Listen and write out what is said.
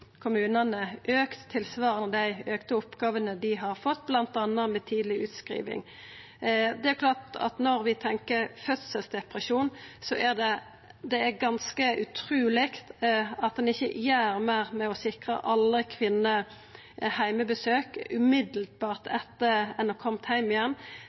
oppgåvene dei har fått, bl.a. med tidleg utskriving. Når vi tenkjer fødselsdepresjon, er det ganske utruleg at ein ikkje gjer meir med å sikra alle kvinner heimebesøk